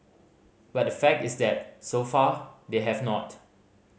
but the fact is that so far they have not